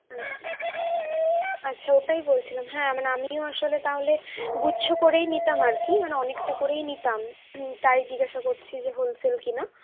আচ্ছা আচ্ছা ওটাই বলছিলাম হ্যাঁ মানে আমিও আসলে তাহলে গুচ্ছ করেই নিতাম আর কি মানে অনেকটা করেই নিতাম তাই জিজ্ঞাসা করছি যে হোলসেল কি না